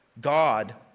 God